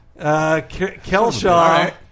Kelshaw